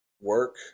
work